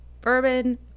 bourbon